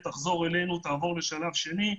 תחזור אלינו ותעבור לשלב שני,